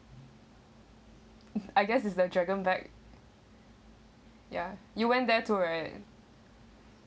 I guess is the dragon's back ya you went there too right